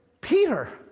Peter